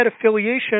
affiliation